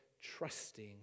trusting